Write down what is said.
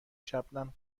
شبنم